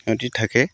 সিহঁতি থাকে